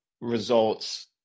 results